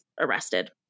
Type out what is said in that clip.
arrested